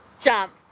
jump